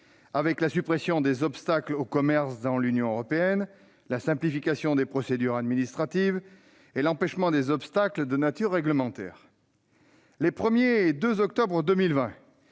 la suppression des obstacles au commerce au sein de l'UE, la simplification des procédures administratives et l'empêchement des obstacles de nature réglementaire. Les 1 et 2 octobre 2020,